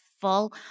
full